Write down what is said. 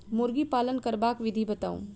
मुर्गी पालन करबाक विधि बताऊ?